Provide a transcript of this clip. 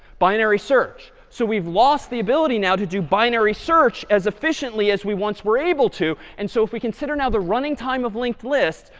binary search. so we've lost the ability now to do binary search as efficiently as we once were able to. and so if we consider now the running time of linked lists,